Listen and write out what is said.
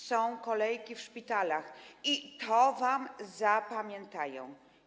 Są kolejki w szpitalach i to wam zapamiętają.